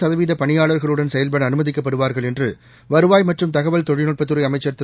சதவீதபணியாளா்களுடன் செயல்படஅனுமதிக்கப்படுவாா்கள் என்றுவருவாய் மற்றும் தகவல் தொழில்நுட்பத்துறைஅமைச்சா் திரு